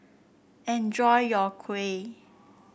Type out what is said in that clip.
enjoy your Kuih